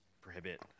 prohibit